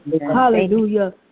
Hallelujah